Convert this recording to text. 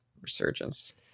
Resurgence